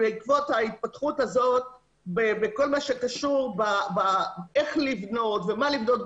בעקבות ההתפתחות הזאת בכל מה שקשור איך לבנות ומה לבנות,